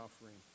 offering